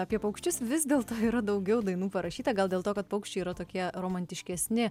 apie paukščius vis dėlto yra daugiau dainų parašyta gal dėl to kad paukščiai yra tokie romantiškesni